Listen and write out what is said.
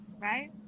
right